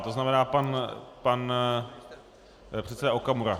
To znamená pan předseda Okamura.